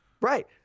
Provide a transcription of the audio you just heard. Right